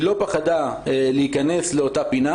היא לא פחדה להיכנס לאותה פינה.